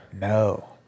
No